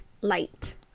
Light